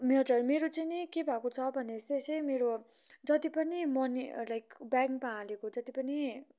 मेरो चाहिँ नि के भएको छ भने चाहिँ मेरो जति पनि मनी लाइक ब्याङ्कमा हालेको जति पनि